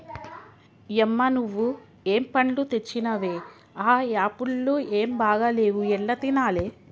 యమ్మ నువ్వు ఏం పండ్లు తెచ్చినవే ఆ యాపుళ్లు ఏం బాగా లేవు ఎట్లా తినాలే